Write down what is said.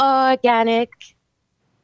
organic